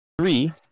Three